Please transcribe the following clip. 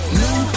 new